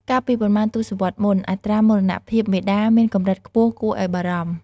កាលពីប៉ុន្មានទសវត្សរ៍មុន អត្រាមរណភាពមាតាមានកម្រិតខ្ពស់គួរឱ្យបារម្ភ។